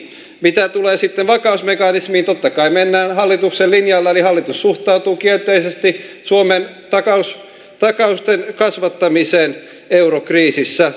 mitä tulee sitten vakausmekanismiin totta kai mennään hallituksen linjalla eli hallitus suhtautuu kielteisesti suomen takausten takausten kasvattamiseen eurokriisissä